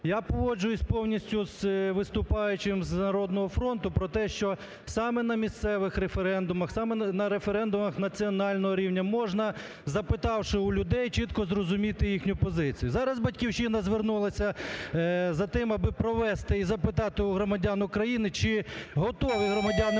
Я погоджуюся повністю з виступаючим з "Народного фронту" про те, що саме на місцевих референдумах, саме на референдумах національного рівня можна, запитавши у людей, чітко зрозуміти їхню позицію. Зараз "Батьківщина" звернулася за тим, аби провести і запитати у громадян України, чи готові громадяни України